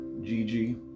Gigi